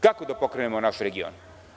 Kako da pokrenemo naš region?